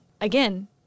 again